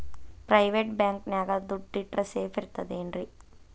Private bank ನ್ಯಾಗ್ ದುಡ್ಡ ಇಟ್ರ ಸೇಫ್ ಇರ್ತದೇನ್ರಿ?